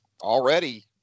already